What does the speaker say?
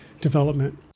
development